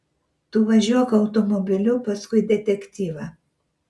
tu važiuok automobiliu paskui detektyvą